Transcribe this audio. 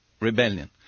rebellion